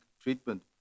treatment